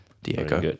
Diego